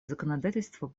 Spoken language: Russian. законодательство